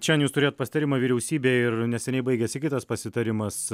šiandien jūs turėjot pasitarimą vyriausybėj ir neseniai baigėsi kitas pasitarimas